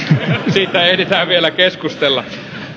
siitä ehditään vielä keskustella